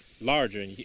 larger